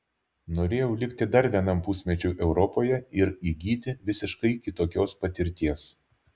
norėjau likti dar vienam pusmečiui europoje ir įgyti visiškai kitokios patirties